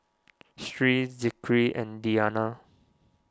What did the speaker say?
Sri Zikri and Diyana